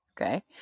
Okay